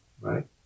right